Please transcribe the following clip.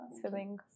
Swimming